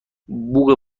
بوق